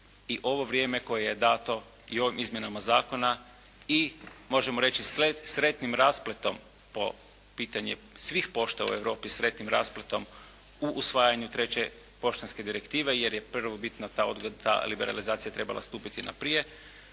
i ovo vrijeme koje je dano i ovim izmjenama zakona i možemo reći spretnim raspletom, po pitanje svih pošta u Europi sretnim raspletom u usvajanju treće poštanske direktive, jer je prvobitna ta liberalizacija trebala stupiti na prije,